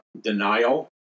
denial